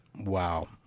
Wow